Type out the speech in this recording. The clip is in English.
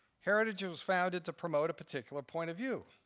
heritage was founded to promote a particular point of view.